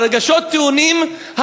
הרגשות טעונים.